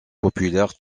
populaire